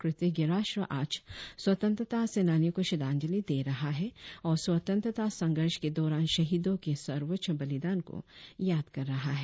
कृतज्ञ राष्ट्र आज स्वतंत्रता सेनानियों को श्रद्धांजलि दे रहा है और स्वतंत्रता संघर्ष के दौरान शहीदों के सर्वोच्च बलिदान को याद कर रहा है